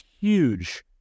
huge